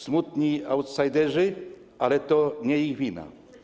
Smutni outsiderzy, ale to nie ich wina.